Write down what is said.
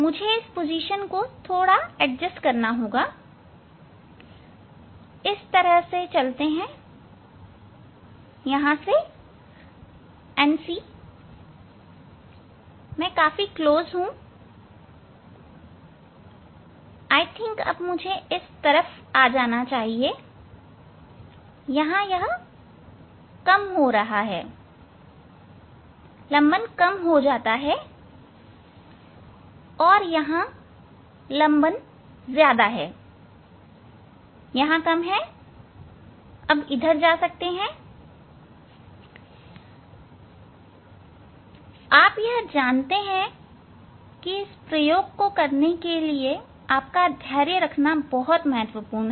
मुझे स्थिति को एडजस्ट करना होगा इस तरह से चलते हैं और देखें मैं करीब हूं अब मुझे इस तरफ आना चाहिए था यहां कम हो गया लंबन कम हो जाता है अब यहां लंबन ज्यादा है यहां कम है अब इधर जा सकता हूं आप यह जानते हैं कि प्रयोग के लिए धैर्य रखना महत्वपूर्ण है